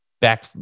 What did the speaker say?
back